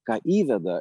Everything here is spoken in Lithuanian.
ką įveda